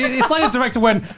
yeah kind of director went,